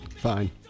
Fine